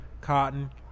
cotton